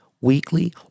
weekly